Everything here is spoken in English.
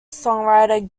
songwriter